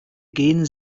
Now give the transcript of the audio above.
gehen